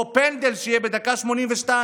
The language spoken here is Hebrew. או פנדל שיהיה בדקה ה-82,